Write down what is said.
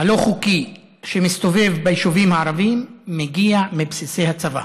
הלא-חוקי שמסתובב ביישובים הערביים מגיע מבסיסי הצבא.